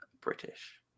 British